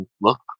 look